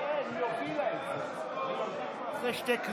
נא לשבת,